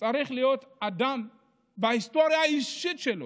צריכים להיות, אדם עם ההיסטוריה האישית שלו?